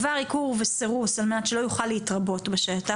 עבר עיקור וסרסור על מנת שלא יוכל להתרבות בשטח,